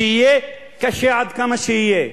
יהיה קשה עד כמה שיהיה,